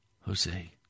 Jose